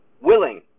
willing